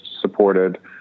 supported